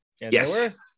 Yes